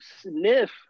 sniff